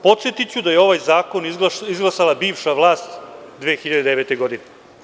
Podsetiću da je ovaj zakon izglasala bivša vlast 2009. godine.